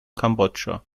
kambodscha